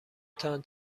تان